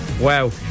wow